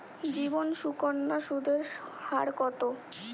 জীবন সুকন্যা সুদের হার কত?